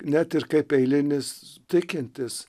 net ir kaip eilinis tikintis